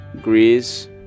Greece